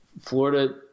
Florida